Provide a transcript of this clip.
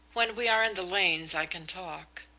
when we are in the lanes i can talk.